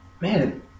Man